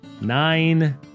nine